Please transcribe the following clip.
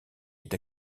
est